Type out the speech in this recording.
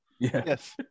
Yes